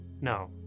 No